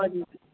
दए दियौ